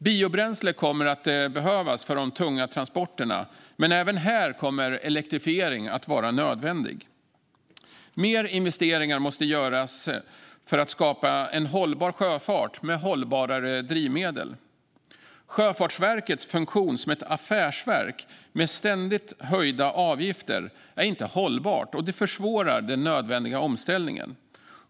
Biobränsle kommer att behövas för de tunga transporterna, men även här kommer elektrifiering att vara nödvändig. Mer investeringar måste göras för att skapa en hållbar sjöfart med hållbarare drivmedel. Sjöfartsverkets funktion som ett affärsverk med ständigt höjda avgifter är inte hållbar och försvårar den nödvändiga omställningen.